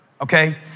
okay